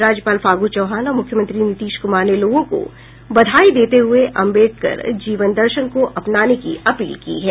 राज्यपाल फागू चौहान और मुख्यमंत्री नीतीश कुमार ने लोगों को बधाई देते हुये अम्बेदकर जीवन दर्शन को अपनाने की अपील की है